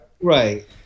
Right